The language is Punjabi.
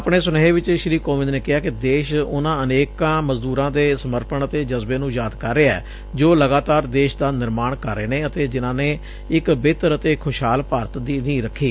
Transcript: ਆਪਣੇ ਸੁਨੇਹੇ ਵਿਚ ਸ੍ਰੀ ਕੋਵਿੰਦ ਨੇ ਕਿਹਾ ਕਿ ਦੇਸ਼ ਉਨੁਾਂ ਅਨੇਕਾਂ ਮਜ਼ਦੂਰਾਂ ਦੇ ਸਮੱਰਪਣ ਅਤੇ ਜਜ਼ਬੇ ਨੂੰ ਯਾਦ ਕਰ ਰਿਹੈ ਜੋ ਲਗਾਤਾਰ ਦੇਸ਼ ਦਾ ਨਿਰਮਾਣ ਕਰ ਰਹੇ ਨੇ ਅਤੇ ਜਿਨਾਂ ਨੇ ਇਕ ਬੇਹਤਰ ਅਤੇ ਖੁਸ਼ਹਾਲ ਭਾਰਤ ਦੀ ਨੀਂਹ ਰਖੀ